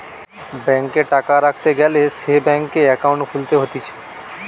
ব্যাংকে টাকা রাখতে গ্যালে সে ব্যাংকে একাউন্ট খুলতে হতিছে